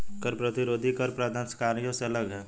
कर प्रतिरोधी कर प्रदर्शनकारियों से अलग हैं